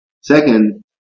Second